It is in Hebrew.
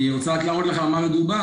אני גדלתי ללא סבים,